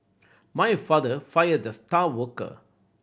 my father fired the star worker